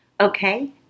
Okay